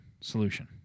solution